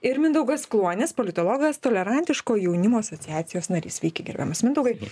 ir mindaugas kluonis politologas tolerantiško jaunimo asociacijos narys sveiki gerbiamas mindaugai